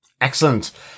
Excellent